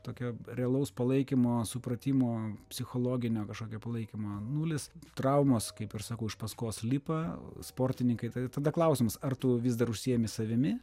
tokio realaus palaikymo supratimo psichologinio kažkokio palaikymo nulis traumos kaip ir sako iš paskos lipa sportininkai tai tada klausimas ar tu vis dar užsiėmi savimi